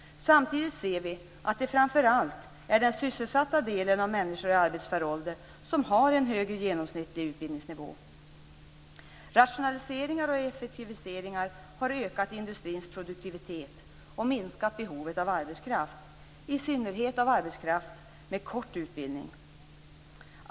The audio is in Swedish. Samtidigt ser vi att det framför allt är den sysselsatta delen av människorna i arbetsför ålder som har en högre genomsnittlig utbildningsnivå. Rationaliseringar och effektiviseringar har ökat industrins produktivitet och minskat behovet av arbetskraft, i synnerhet av arbetskraft med kort utbildning.